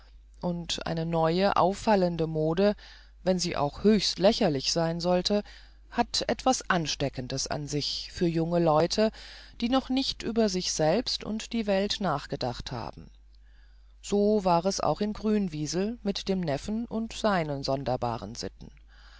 und eine neue auffallende mode wenn sie auch höchst lächerlich sein sollte hat etwas ansteckendes an sich für junge leute die noch nicht über sich selbst und die welt nachgedacht haben so war es auch in grünwiesel mit dem neffen und seinen sonderbaren sitten